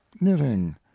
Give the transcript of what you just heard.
knitting